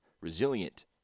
resilient